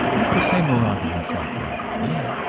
not the same moraga who shot brocky lane?